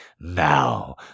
Now